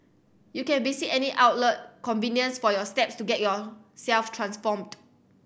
you can visit any outlet convenience for your steps to get yourself transformed